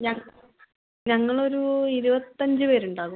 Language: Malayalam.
ഞങ്ങൾ ഞങ്ങൾ ഒരൂ ഇരുപത്തഞ്ച് പേരുണ്ടാവും